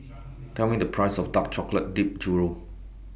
Tell Me The Price of Dark Chocolate Dipped Churro